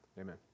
amen